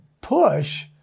push